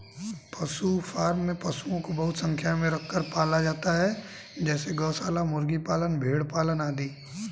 पशु फॉर्म में पशुओं को बहुत संख्या में रखकर पाला जाता है जैसे गौशाला, मुर्गी पालन, भेड़ पालन आदि